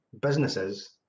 businesses